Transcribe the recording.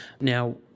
Now